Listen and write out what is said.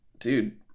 dude